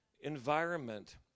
environment